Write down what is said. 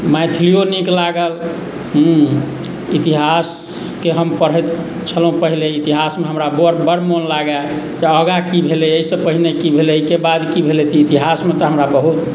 मैथलिओ नीक लागल हँ इतिहासके हम पढ़ैत छलहुँ पहिले इतिहासमे हमरा बड़ मोन लागय तऽ आगाँ की भेलै एहिसँ पहिने की भेलै एहिके बाद की भेलै तऽ इतिहासमे तऽ हमरा बहुत